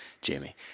Jamie